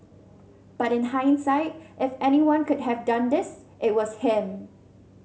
but in hindsight if anyone could have done this it was him